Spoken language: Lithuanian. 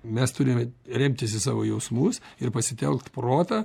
mes turime remtis į savo jausmus ir pasitelkt protą